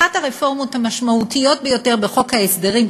אחת הרפורמות המשמעותיות ביותר בחוק ההסדרים,